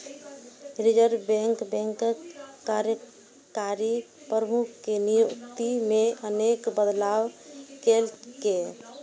reserve bank बैंकक कार्यकारी प्रमुख के नियुक्ति मे अनेक बदलाव केलकै